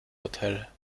hotel